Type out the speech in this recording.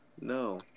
No